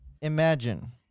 Imagine